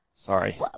Sorry